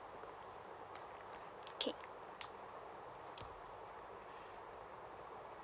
okay